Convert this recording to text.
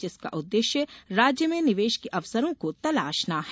जिसका उददेश्य राज्य में निवेश के अवसरों को तलाशना है